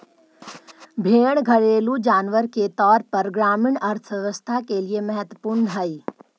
भेंड़ घरेलू जानवर के तौर पर ग्रामीण अर्थव्यवस्था के लिए महत्त्वपूर्ण हई